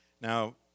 Now